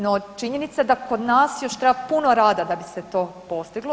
No, činjenica je da kod nas još treba puno rada da bi se to postiglo.